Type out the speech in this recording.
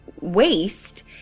waste